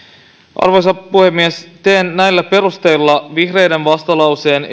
arvoisa puhemies teen näillä perusteilla vihreiden vastalauseen